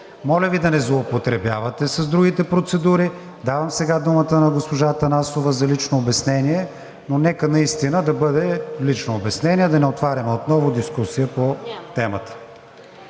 Моля Ви да не злоупотребявате с другите процедури. Давам сега думата на госпожа Атанасова за лично обяснение, но нека наистина да бъде лично обяснение – да не отваряме отново дискусия по темата.